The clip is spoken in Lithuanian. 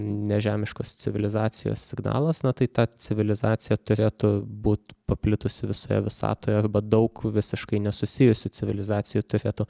nežemiškos civilizacijos signalas na tai ta civilizacija turėtų būt paplitusi visoje visatoje arba daug visiškai nesusijusių civilizacijų turėtų